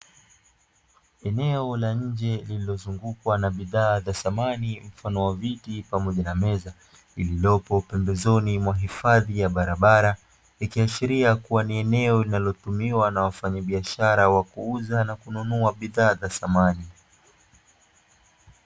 Eneo la nje lililozungukwa na bidhaa za samani mfano viti pamoja na meza, lililopo pembezoni mwa hifadhi ya barabara. Ikiashiria kuwa ni eneo linalotumiwa na wafanyabiashara wa kuuza na kununua bidhaa za samani.